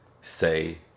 say